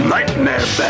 Nightmare